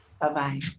bye-bye